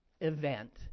event